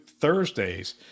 Thursdays